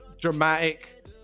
dramatic